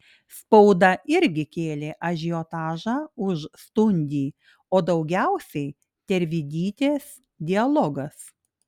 spauda irgi kėlė ažiotažą už stundį o daugiausiai tervidytės dialogas